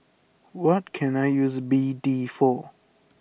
what can I use B D for